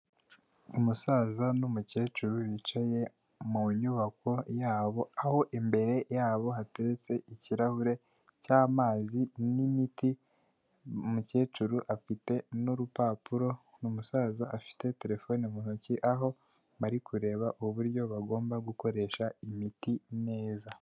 Umusaza n'umukecuru bicaye mu nyubako yabo, aho imbere yabo hatetse ikirahure cy'amazi n'imiti, umukecuru afite n'urupapuro, umusaza afite terefone mu ntoki aho bari kureba uburyo bagomba gukoresha imiti neza.